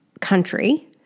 country